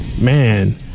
man